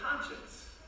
conscience